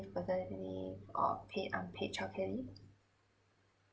paternity leave or paid unpaid childcare leave